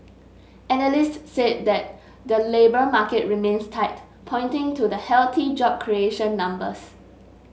analyst said that the labour market remains tight pointing to the healthy job creation numbers